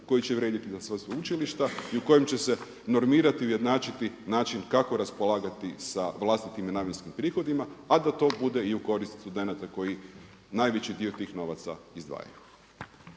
koji će vrijediti za sva sveučilišta i u kojem će se normirati i ujednačiti način kako raspolagati sa vlastitim nenamjenskim prihodima, a da to bude i u korist studenata koji najveći dio tih novaca izdvajaju.